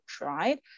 right